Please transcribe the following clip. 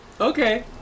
okay